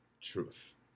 truth